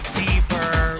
deeper